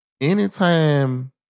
anytime